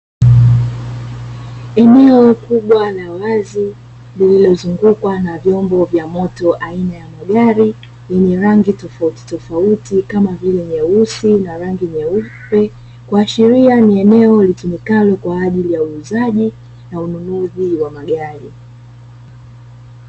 Eneo kubwa la wazi lililozungukwa na vyombo vya moto aina ya magari, yenye rangi tofautitofauti kama vile nyeusi na rangi nyeupe kuashiria ni eneo litumikalo kwa ajili ya uuzaji na ununuzi wa magari.